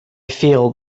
feel